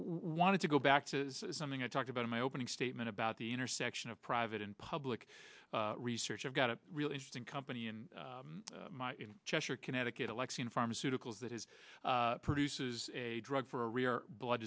wanted to go back to something i talked about in my opening statement about the intersection of private and public research i've got a really interesting company in cheshire connecticut alexian pharmaceuticals that is produces a drug for a rare blood